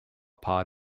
part